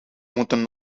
moeten